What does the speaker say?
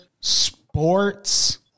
sports